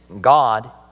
God